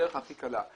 בדרך הכי קלה.